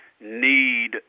need